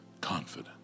confident